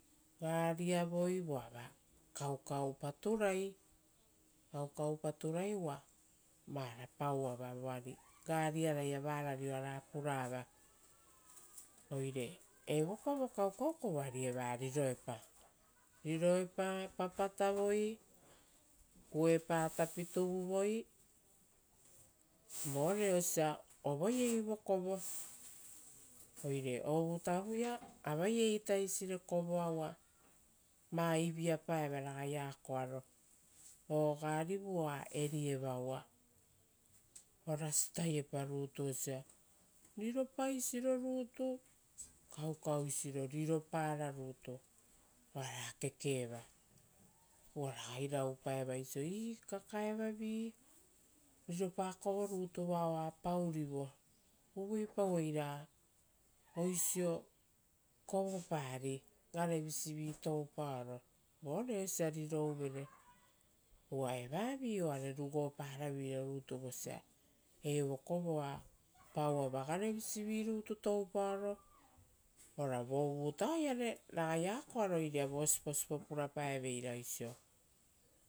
Gariavoi, voava kaukau paturai, kaukau paturai uva vara pauava voari gariaraia varari oara purava. Oire evo kovo kaukau kovo ari eva riroepa, riroepa papatavoi kuepa tapi tuvuvoi, vore osia ovoiei vokovo. Oire ovutavuia avaieita eisire kovoa uva va iviapaeva ragai akoaro o garivu oa erieve uva ora sitaiepa rutu osia riropaisiro rutu kaukau isiro aisiroa kekeva. Ragai raupaeva oisio purapaoro ii. Kakaevavi, riropa kovo rutu vao oa paurivo, uvuipauei ra oisio kovopari garevisi toupaoro vore osia rirouvere. Uvare oare rugopara veira rutu vosia evokovo oa pauava garevisi rutu toupaoro ora vovutaoiare, ragai akoaro iria vo siposipo purapaeveira isoe